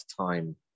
time